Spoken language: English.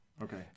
Okay